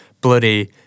bloody